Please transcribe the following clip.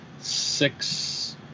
six